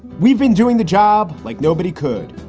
we've been doing the job like nobody could.